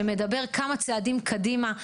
שמדבר כמה צעדים קדימה.